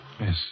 Yes